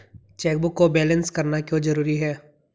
Chequebook को balance करना क्यों जरूरी है?